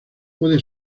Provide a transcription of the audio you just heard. puede